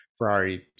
Ferrari